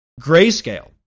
Grayscale